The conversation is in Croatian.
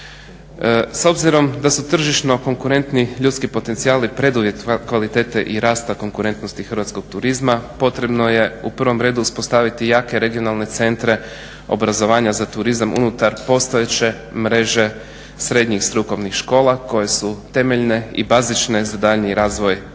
S obzirom da su tržišno konkurentni ljudski potencijali preduvjet kvalitete i rasta konkurentnosti hrvatskog turizma potrebno je u prvom redu uspostaviti jake regionalne centre obrazovanja za turizam unutar postojeće mreže srednjih strukovnih škola koje su temeljne i bazične za daljnji razvoj kadrova.